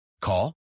Call